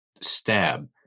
Stab